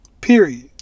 Period